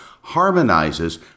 harmonizes